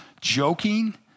joking